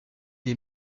est